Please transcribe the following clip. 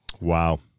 Wow